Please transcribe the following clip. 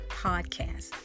podcast